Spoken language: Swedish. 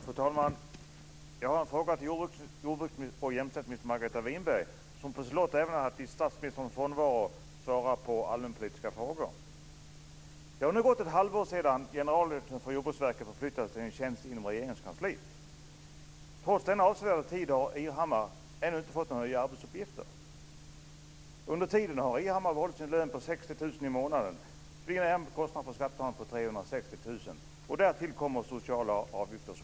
Fru talman! Jag har en fråga till jordbruks och jämställdhetsminister Margareta Winberg som i statsministerns frånvaro svarar på allmänpolitiska frågor. Det har nu gått ett halvår sedan generaldirektören för Jordbruksverket förflyttades till en tjänst inom Regeringskansliet. Trots denna avsevärda tid har Irhammar ännu inte fått några nya arbetsuppgifter. Under tiden har Irhammar behållit sin lön på 60 000 kr i månaden. Det innebär en kostnad för skattebetalarna på 360 000 kr. Därtill kommer sociala avgifter.